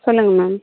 சொல்லுங்கள் மேம்